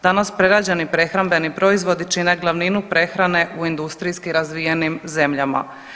Danas prerađeni prehrambeni proizvodi čine glavninu prehrane u industrijski razvijenim zemljama.